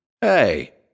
Hey